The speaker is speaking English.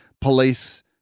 police